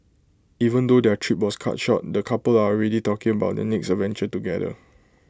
even though their trip was cut short the couple are already talking about their next adventure together